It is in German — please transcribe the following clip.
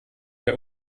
wer